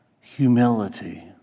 humility